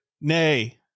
Nay